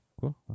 Cool